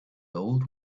old